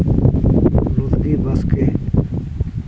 ᱨᱚᱵᱤ ᱵᱟᱥᱠᱮ